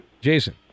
Jason